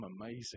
amazing